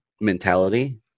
mentality